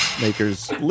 makers